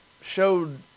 showed